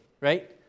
right